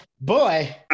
Boy